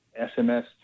SMS